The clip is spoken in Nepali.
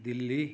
दिल्ली